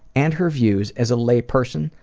and her views, as layperson,